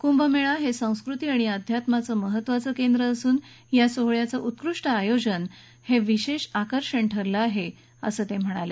कुंभमेळा हे संस्कृती आणि अध्यात्माचं महत्त्वाचं केंद्र असून या सोहळ्याचं उत्कृष्ट आयोजन हे विशेष आकर्षन ठरलं आहे असं ते म्हणाले